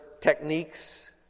techniques